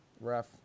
ref